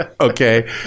okay